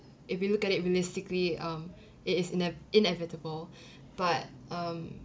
if you look at it realistically um it is inev~ inevitable but um